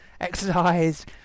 exercise